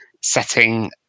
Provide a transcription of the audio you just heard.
setting